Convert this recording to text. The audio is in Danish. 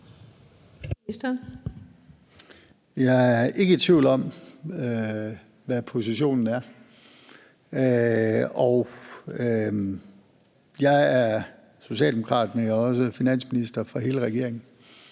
Jeg er ikke i tvivl om, hvad positionen er, og jeg er også socialdemokrat, men jeg er også finansminister for hele regeringen